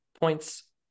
points